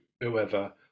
whoever